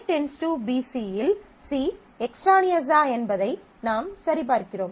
A → BC இல் C எக்ஸ்ட்ரானியஸா என்பதை நாம் சரிபார்க்கிறோம்